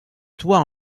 toit